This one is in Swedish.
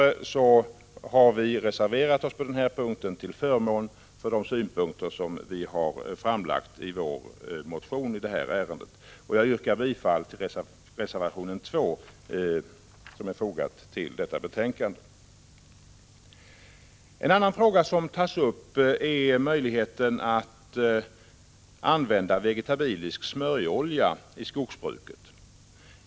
Därför har vi reserverat oss till förmån för de synpunkter som har framförts i vår motion. Jag yrkar bifall till reservation 2. En annan fråga som tas upp är möjligheten att använda vegetabilisk smörjolja i skogsbruket.